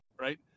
right